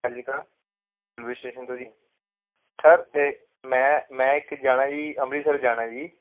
ਹਾਂਜੀ sir railway station ਤੋਂ ਜੀ ਸਰ ਇਹ ਮੈਂ ਮੈਂ ਇੱਕ ਜਾਣਾ ਜੀ ਅੰਮ੍ਰਿਤਸਰ ਜਾਣਾ ਜੀ